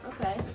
okay